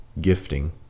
gifting